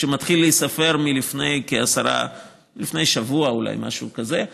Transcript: וזה מתחיל להיספר לפני שבוע אולי, משהו כזה.